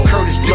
Curtis